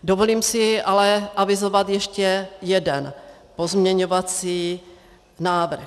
Dovolím si ale avizovat ještě jeden pozměňovací návrh.